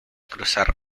cruzar